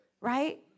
right